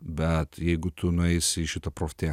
bet jeigu tu nueisi į šitą prof tek